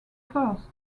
first